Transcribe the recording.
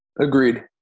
agreed